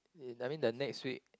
I mean the next week